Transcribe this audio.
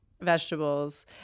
vegetables